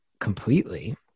completely